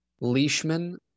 Leishman